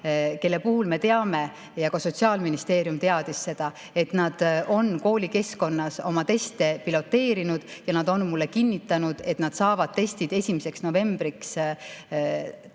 kelle puhul me teame ja ka Sotsiaalministeerium teadis seda, et nad olid koolikeskkonnas oma teste piloteerinud, ja nad olid mulle kinnitanud, et nad saavad testid 1. novembriks tarnitud.